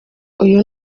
uyu